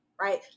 right